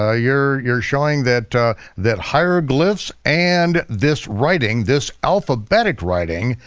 ah you're you're showing that that hieroglyphs and this writing, this alphabetic writing,